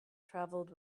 travelled